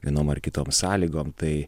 vienom ar kitom sąlygom tai